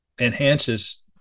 enhances